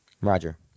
Roger